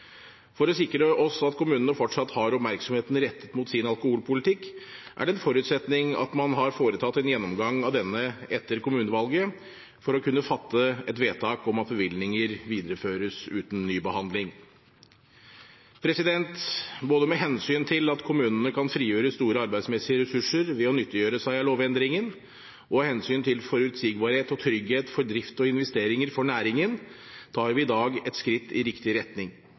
For å sikre oss at kommunene fortsatt har oppmerksomheten rettet mot sin alkoholpolitikk, er det en forutsetning at man har foretatt en gjennomgang av denne etter kommunevalget for å kunne fatte et vedtak om at bevillinger videreføres uten ny behandling. Både med hensyn til at kommunene kan frigjøre store arbeidsmessige ressurser ved å nyttiggjøre seg lovendringen, og av hensyn til forutsigbarhet og trygghet for drift og investeringer for næringen, tar vi i dag et skritt i riktig retning.